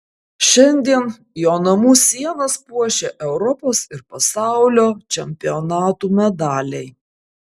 šiandien jo namų sienas puošia europos ir pasaulio čempionatų medaliai